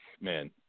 man –